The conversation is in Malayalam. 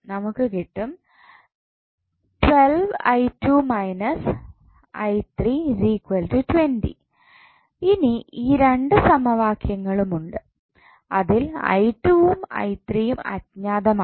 നമുക്ക് കിട്ടും ഇനി ഈ രണ്ട് സമവാക്യങ്ങളും ഉണ്ട് അതിൽവും വും അജ്ഞാതമാണ്